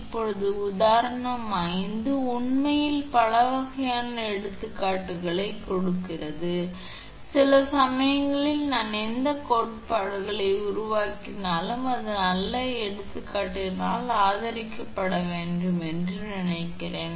இப்போது உதாரணம் 5 உண்மையில் பல வகையான எடுத்துக்காட்டுகளைக் கொடுக்கிறது சில சமயங்களில் நாம் எந்தக் கோட்பாடுகளை உருவாக்கினாலும் அது நல்ல எடுத்துக்காட்டுகளால் ஆதரிக்கப்பட வேண்டும் என்று நினைக்கிறேன்